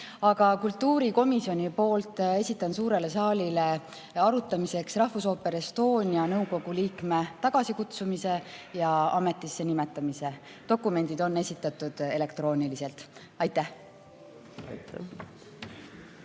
Aga kultuurikomisjoni nimel esitan suurele saalile arutamiseks Rahvusooperi Estonia nõukogu liikme tagasikutsumise ja ametisse nimetamise [eelnõu]. Dokumendid on esitatud elektrooniliselt. Aitäh!